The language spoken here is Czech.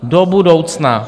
Do budoucna!